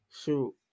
Shoot